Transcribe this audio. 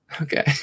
Okay